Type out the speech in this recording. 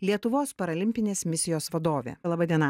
lietuvos paralimpinės misijos vadovė laba diena